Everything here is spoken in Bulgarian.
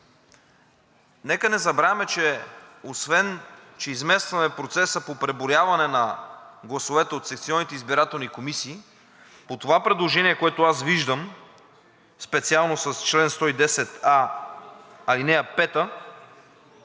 Нека не забравяме, освен че изместваме процеса по преброяване на гласовете от секционните избирателни комисии, по това предложение, което аз виждам – специално с чл. 110а, ал. 5,